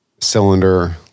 cylinder